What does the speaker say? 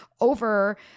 over